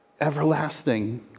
everlasting